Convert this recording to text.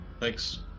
thanks